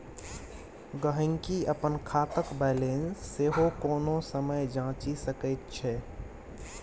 गहिंकी अपन खातक बैलेंस सेहो कोनो समय जांचि सकैत छै